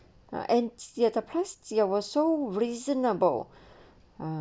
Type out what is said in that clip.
ah and the press ya was so reasonable